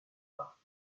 pas